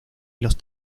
los